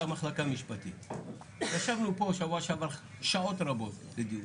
ההערה המעשית, הסעיף שבמחלוקת שנמצא לפנינו,